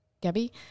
Gabby